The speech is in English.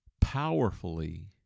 powerfully